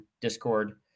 discord